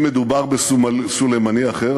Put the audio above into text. אם מדובר בסולימאני אחר,